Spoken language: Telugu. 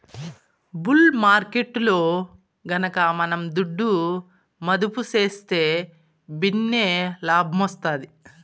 బుల్ మార్కెట్టులో గనక మనం దుడ్డు మదుపు సేస్తే భిన్నే లాబ్మొస్తాది